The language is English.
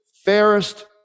Fairest